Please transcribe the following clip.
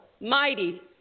mighty